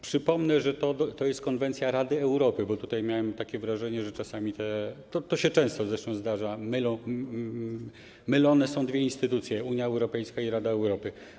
Przypomnę, że to jest konwencja Rady Europy, bo miałem takie wrażenie, że czasami, to się często zresztą zdarza, mylone są dwie instytucje, Unia Europejska i Rada Europy.